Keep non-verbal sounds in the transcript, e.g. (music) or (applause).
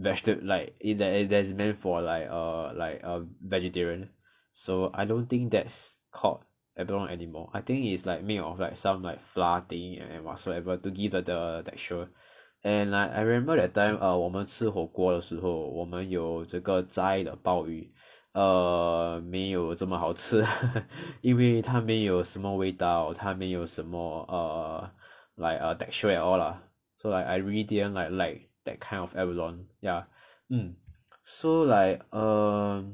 desig~ like err designated for like err vegetarian so I don't think that's called abalone anymore I think is like made of like some like flour thing and whatsoever to give the texture and like I remember that time err 我们吃火锅的时候我们有这个齋的鲍鱼 err 没有这么好吃 (laughs) 因为它没有什么味道它没有什么 err like err texture and all lah so like I really didn't like like that kind of abalone ya mm so like err